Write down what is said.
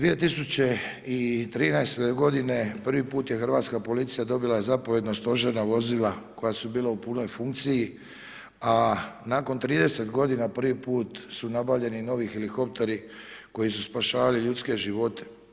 2013. godine prvi put je hrvatska policija dobila zapovjedno stožerna vozila koja su bila u punoj funkciji a nakon 30 godina nakon prvi put su nabavljeni novi helikopteri koji su spašavali ljudske živote.